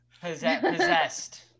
Possessed